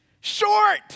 short